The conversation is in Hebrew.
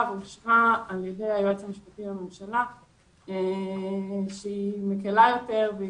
ואושרה על ידי היועץ המשפטי לממשלה שהיא מקלה יותר.